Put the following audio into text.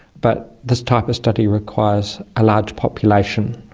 but this type of study requires a large population,